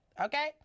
okay